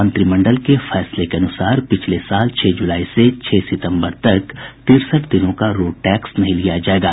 मंत्रिमंडल के फैसले के अनुसार पिछले साल छह जुलाई से छह सितम्बर तक तिरसठ दिनों का रोड टैक्स नहीं लिया जायेगा